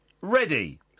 ready